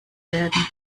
werden